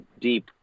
deep